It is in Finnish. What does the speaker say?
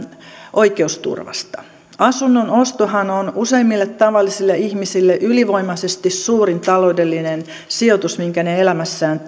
oikeusturvasta asunnon ostohan on useimmille tavallisille ihmisille ylivoimaisesti suurin taloudellinen sijoitus minkä he elämässään